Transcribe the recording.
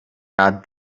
not